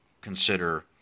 consider